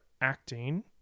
acting